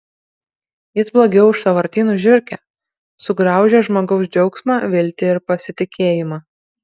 jis blogiau už sąvartynų žiurkę sugraužia žmogaus džiaugsmą viltį ir pasitikėjimą